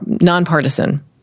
nonpartisan